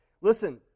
Listen